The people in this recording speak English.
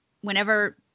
whenever